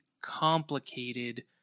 complicated